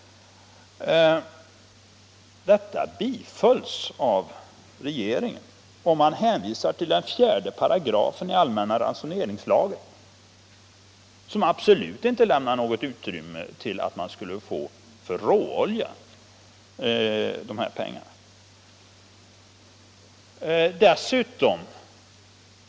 Denna ansökan bifölls av regeringen, som hänvisade till 4 § i allmänna ransoneringslagen, som absolut inte lämnar något utrymme för bidrag när det gäller råolja.